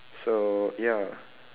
so ya